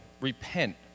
repent